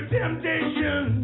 temptation